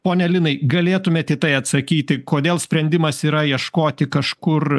pone linai galėtumėt į tai atsakyti kodėl sprendimas yra ieškoti kažkur